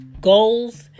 Goals